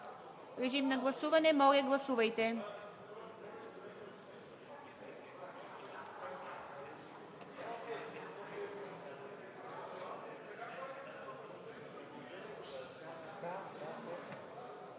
Режим на гласуване. Моля, гласувайте.